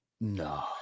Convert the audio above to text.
No